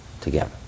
together